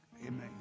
Amen